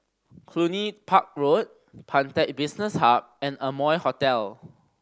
Cluny Park Road Pantech Business Hub and Amoy Hotel